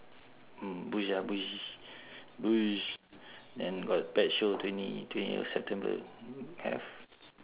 mm bush ah bush bush then got pet show twenty twenty of september have